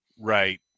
Right